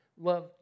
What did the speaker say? love